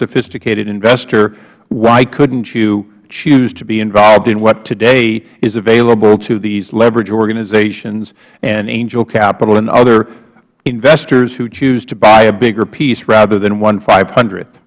sophisticated investor why couldn't you choose to be involved in what today is available to these leverage organizations and angel capital and other investors who choose to buy a bigger piece rather than one five hundred